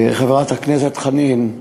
חברת הכנסת חנין,